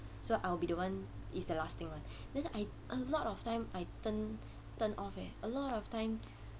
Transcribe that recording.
so I would be the one it's the last thing [one] then I a lot of time I turn turned off eh a lot of time